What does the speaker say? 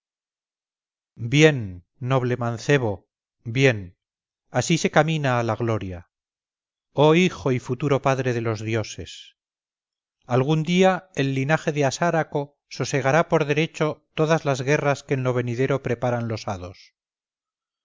bien noble mancebo bien así se camina a la gloria oh hijo y futuro padre de dioses algún día el linaje de asáraco sosegará por derecho todas las guerras que en lo venidero preparan los hados